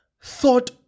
thought